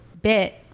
bit